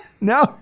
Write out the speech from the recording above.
No